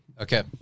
okay